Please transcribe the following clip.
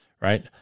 right